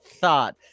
thought